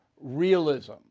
realism